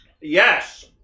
Yes